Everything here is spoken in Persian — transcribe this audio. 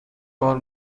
بار